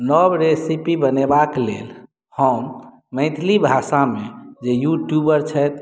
नब रेसिपी बनेबा के लेल हम मैथिली भाषा मे जे यूट्यूबर छथि